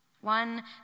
one